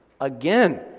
again